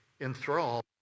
enthralled